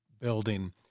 building